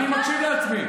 אני מקשיב לעצמי.